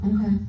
Okay